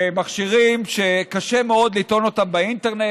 הם מכשירים שקשה מאוד לטעון אותם באינטרנט,